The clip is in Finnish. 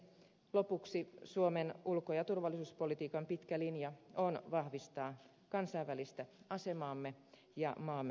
lopuksi suomen ulko ja turvallisuuspolitiikan pitkä linja on vahvistaa kansainvälistä asemaamme ja maamme turvallisuutta